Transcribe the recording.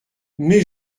mais